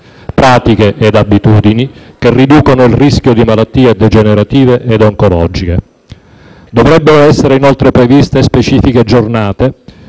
pratiche e abitudini che riducono il rischio di malattie degenerative e oncologiche. Dovrebbero essere inoltre previste specifiche giornate